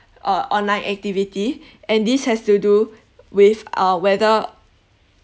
uh online activity and this has to do with uh whether